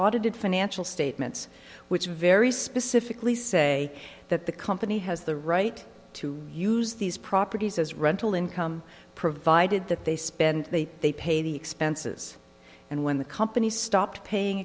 audited financial statements which very specifically say that the company has the right to use these properties as rental income provided that they spend they they pay the expenses and when the company stopped paying